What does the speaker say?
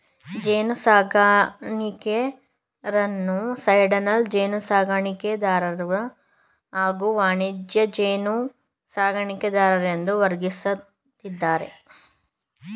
ಜೇನುಸಾಕಣೆದಾರರನ್ನು ಸೈಡ್ಲೈನ್ ಜೇನುಸಾಕಣೆದಾರರು ಹಾಗೂ ವಾಣಿಜ್ಯ ಜೇನುಸಾಕಣೆದಾರರೆಂದು ವರ್ಗೀಕರಿಸಿದ್ದಾರೆ